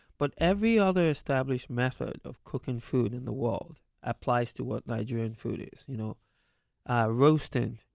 but every other established method of cooking food in the world applies to what nigerian food is you know ah roasting,